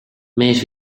mees